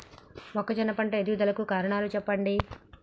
మొక్కజొన్న పంట ఎదుగుదల కు కారణాలు చెప్పండి?